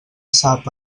sap